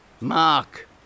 Mark